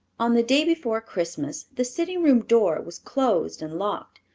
on the day before christmas the sitting-room door was closed and locked,